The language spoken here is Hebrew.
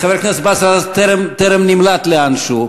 חבר הכנסת באסל גטאס טרם נמלט לאנשהו.